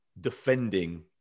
defending